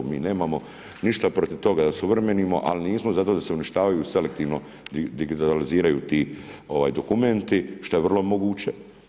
Mi nemamo ništa protiv toga da se osuvremenimo, ali nismo za to da se uništavaju selektivno, digitaliziraju ti dokumenti što je vrlo moguće.